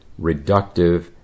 reductive